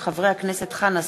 מאת חברי הכנסת חנא סוייד,